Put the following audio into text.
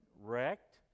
wrecked